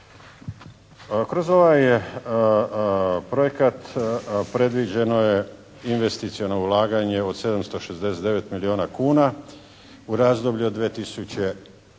Kroz ovaj projekat predviđeno je investiciono ulaganje od 769 milijuna kuna u razdoblju od 2004.